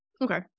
Okay